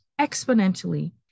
exponentially